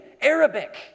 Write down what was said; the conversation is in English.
Arabic